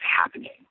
happening